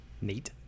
neat